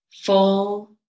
full